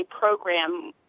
program